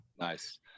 Nice